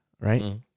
right